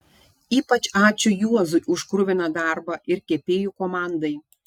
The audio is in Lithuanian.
ypač ačiū juozui už kruviną darbą ir kepėjų komandai